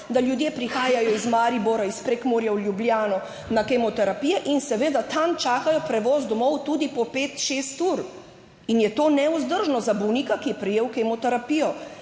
da ljudje prihajajo iz Maribora, iz Prekmurja v Ljubljano na kemoterapije in seveda tam čakajo prevoz domov tudi po pet, šest ur in je to nevzdržno za bolnika, ki je prejel kemoterapijo.